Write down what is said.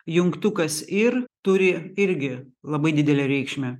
jungtukas ir turi irgi labai didelę reikšmę